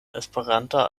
esperanta